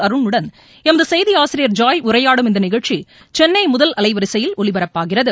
அருனுடன் எமது செய்தி ஆசிரியர் ஜாய் உரையாடும் இந்த நிகழ்ச்சி சென்னை முதல் அலைவரிசையில் ஒலிபரப்பாகிறது